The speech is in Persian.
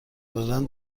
دادن